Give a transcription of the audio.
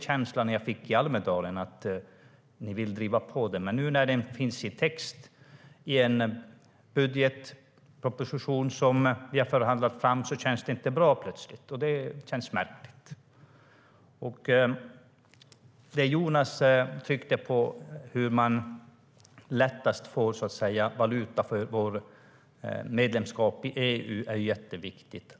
Känslan jag fick i Almedalen var ju att ni vill driva på frågan, men nu när det finns i text i en budgetproposition som vi har förhandlat fram känns det plötsligt inte bra. Det är märkligt. Det som Jonas Sjöstedt tryckte på gällande hur vi lättast får valuta för vårt medlemskap i EU är mycket viktigt.